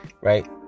right